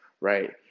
right